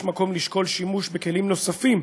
ויש מקום לשקול שימוש בכלים נוספים,